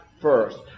first